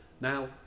Now